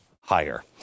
higher